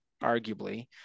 arguably